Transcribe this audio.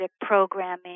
programming